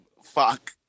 fuck